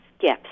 gifts